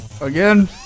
Again